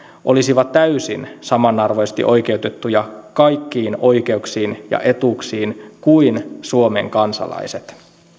olisivat täysin samanarvoisesti oikeutettuja kaikkiin oikeuksiin ja etuuksiin kuin suomen kansalaiset